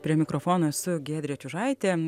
prie mikrofono esu giedrė čiužaitė